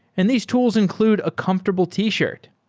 and these tools include a comfortable t-shirt.